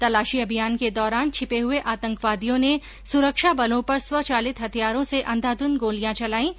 तलाशी अभियान के दौरान छिपे हुए आतंकवादियों ने सुरक्षाबलों पर स्वचालित हथियारो से अंधाधुंध गोलियां चलायीं